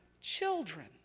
children